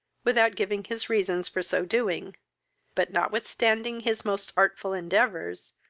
without giving his reasons for so doing but, notwithstanding his most artful endeavours,